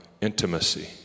intimacy